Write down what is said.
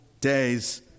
Days